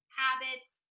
habits